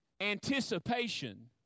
anticipation